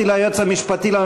אותי על עבודת הוועדות.